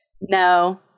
No